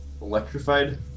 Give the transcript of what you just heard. electrified